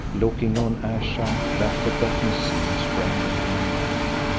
looking on ayesha that forgotten scene sprang into my mind.